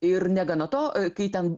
ir negana to kai ten